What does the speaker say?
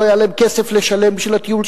לא היה כסף לשלם בשביל הטיול,